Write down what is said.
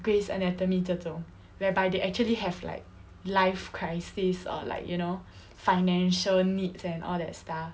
grey's anatomy 这种 whereby they actually have like life crises or like you know financial needs and all that stuff